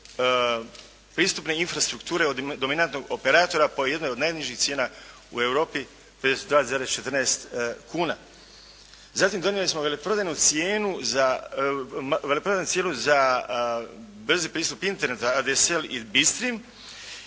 pristupne infrastrukture od dominantnog operatora po jednoj od najnižih cijena u Europi 52,14 kuna. Zatim, donijeli smo veleprodajnu cijenu za brzi pristup Internet ADSL i Bistream,